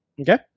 Okay